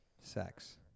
sex